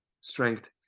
strength